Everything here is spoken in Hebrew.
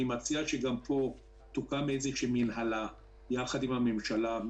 אני מציע שגם פה תוקם איזושהי מינהלה יחד עם הממשלה,